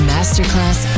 Masterclass